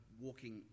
walking